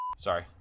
Sorry